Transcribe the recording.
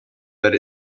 that